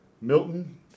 Milton